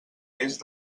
est